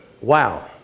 Wow